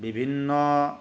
বিভিন্ন